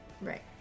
right